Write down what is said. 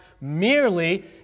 merely